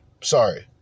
Sorry